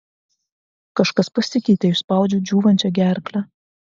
kažkas pasikeitė išspaudžiau džiūvančia gerkle